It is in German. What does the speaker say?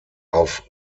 auf